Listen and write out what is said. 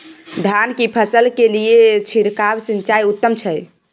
धान की फसल के लिये छिरकाव सिंचाई उत्तम छै?